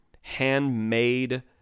handmade